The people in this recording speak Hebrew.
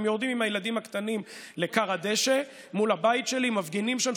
הם יורדים עם הילדים הקטנים לכר הדשא מול הבית שלי ומפגינים שם.